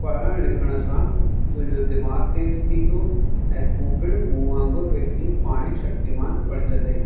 पढ़ण लिखण सां तुंहिंजो दिमाग़ तेज़ थींदो ऐं तू पिण मूं वांगुरु हिकु ॾींहुं पाण ई शक्तिमान बणिजंदे